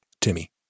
Timmy